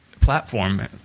platform